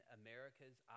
america's